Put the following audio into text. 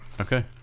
Okay